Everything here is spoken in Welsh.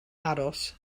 aros